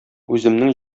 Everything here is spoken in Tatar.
үземнең